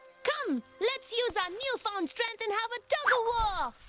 come, let's use our newfound strength and have a tug o' war!